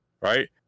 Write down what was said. Right